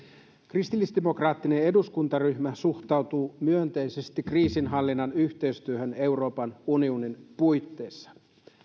kristillisdemokraattinen eduskuntaryhmä suhtautuu myönteisesti kriisinhallinnan yhteistyöhön euroopan unionin puitteissa